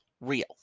real